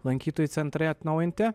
lankytojų centrai atnaujinti